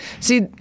see